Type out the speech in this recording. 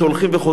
הולכים וחוזרים,